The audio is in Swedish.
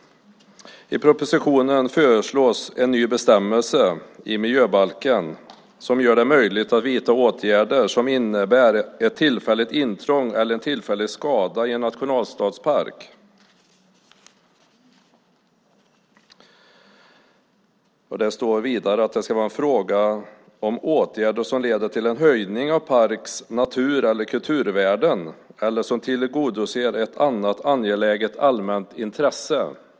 I propositionen föreslås en ny bestämmelse i miljöbalken som gör det möjligt att vidta åtgärder som innebär ett tillfälligt intrång eller en tillfällig skada i en nationalstadspark. Det står vidare att det ska vara fråga om åtgärder som leder till en höjning av en parks natur eller kulturvärden eller som tillgodoser ett annat angeläget allmänt intresse.